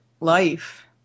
life